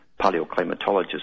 paleoclimatologist